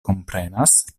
komprenas